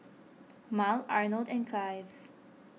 Mal Arnold and Cleve